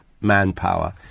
manpower